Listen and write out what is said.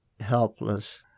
Helpless